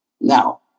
Now